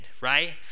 right